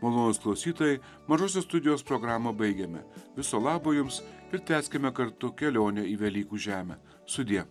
malonūs klausytojai mažosios studijos programą baigiame viso labo jums ir tęskime kartu kelionę į velykų žemę sudie